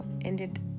ended